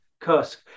Kursk